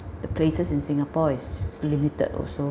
the places in singapore is limited also